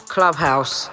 Clubhouse